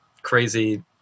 crazy